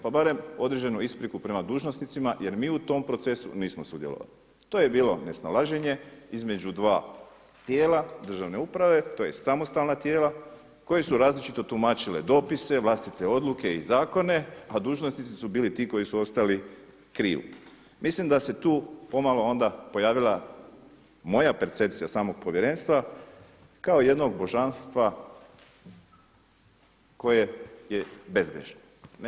Pa barem određenu ispriku prema dužnosnicima jer mi u tom procesu nismo sudjelovali, to je bilo nesnalaženje između dva tijela, državne uprave, tj. samostalna tijela koja su različito tumačile dopise, vlastite odluke i zakone a dužnosnici su bili ti koji su ostali … Mislim da se tu pomalo onda pojavila moja percepcija samog Povjerenstva kao jednog božanstva koje je bezgrešno.